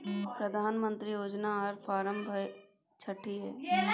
प्रधानमंत्री योजना आर फारम भाई छठी है?